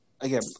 Again